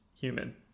human